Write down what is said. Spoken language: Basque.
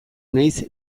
naiz